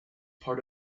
part